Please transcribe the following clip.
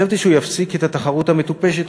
חשבתי שהוא יפסיק את התחרות המטופשת